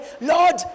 Lord